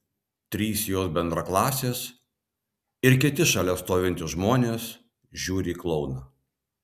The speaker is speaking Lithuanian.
trys jos bendraklasės ir kiti šalia stovintys žmonės žiūri į klouną